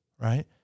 right